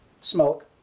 smoke